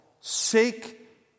Seek